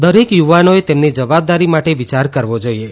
દરેક યુવાનોએ તેમની જવાબદારી માટે વિયાર કરવો જોઇએ